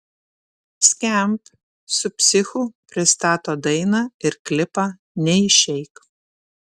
skamp su psichu pristato dainą ir klipą neišeik